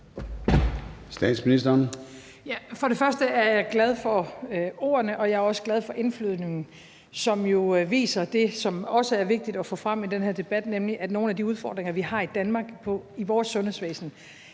For det første er jeg glad for ordene, og for det andet er jeg glad for indflyvningen, som jo viser det, som også er vigtigt at få frem i den her debat, nemlig at nogle af de udfordringer, vi har i Danmark i vores sundhedsvæsen,